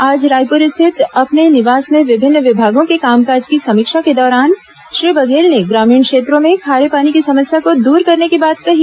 आज रायपुर स्थित अपने निवास में विभिन्न विभागों के कामकाज की समीक्षा के दौरान श्री बघेल ने ग्रामीण क्षेत्रों में खारे पानी की समस्या को दूर करने की बात कही